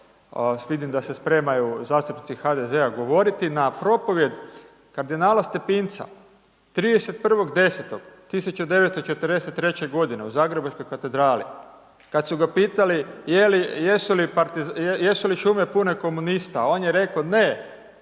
vidim da se spremaju zastupnici HDZ-a govoriti na propovijed kardinala Stepinca. 30.10.1943. u Zagrebačkoj katedrali kad su ga pitali jesu li šume pune komunista, on je reko ne,